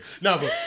No